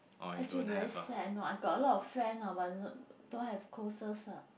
actually very sad you know I got a lot of friend orh but no don't have closest ah